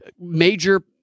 Major